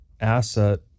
asset